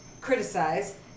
criticize